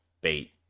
bait